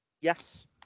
Yes